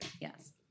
Yes